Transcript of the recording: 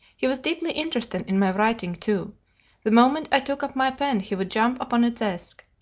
he was deeply interested in my writing, too the moment i took up my pen he would jump upon the desk,